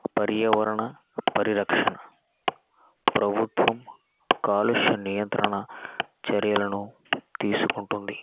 పర్యావరణ పరిరక్షణ ప్రభుత్వం కాలుష్య నియంత్రణ చర్యలను తీసుకుంటుంది